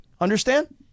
Understand